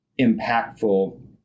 impactful